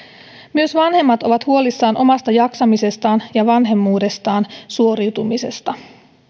myös vanhemmat ovat huolissaan omasta jaksamisestaan ja vanhemmuudestaan suoriutumisesta